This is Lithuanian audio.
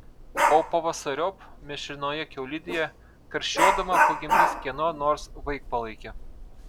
o pavasariop mėšlinoje kiaulidėje karščiuodama pagimdys kieno nors vaikpalaikį